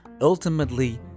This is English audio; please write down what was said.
ultimately